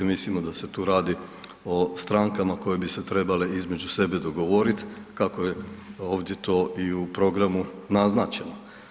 Mislimo da se tu radi o strankama koje bi se trebale između sebe dogovorit kako je ovdje to i u programu naznačeno.